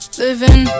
living